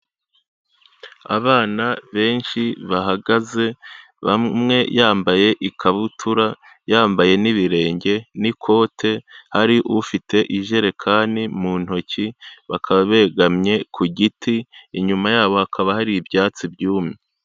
Abana benshi bahagaze, umwe yambaye ikabutura yambaye n'ibirenge n'ikote, hari ufite ijerekani mu ntoki, bakaba begamye ku giti, inyuma yabo hakaba hari ibyatsi byumye.